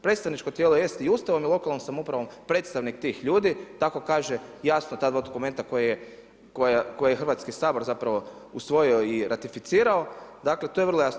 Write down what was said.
Predstavničko tijelo jest i Ustavom i lokalnom samoupravom predstavnik tih ljudi, tako kaže jasno ta dva dokumenta koje je Hrvatski sabor zapravo usvojio i ratificirao, dakle to je vrlo jasno.